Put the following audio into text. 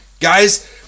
Guys